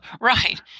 Right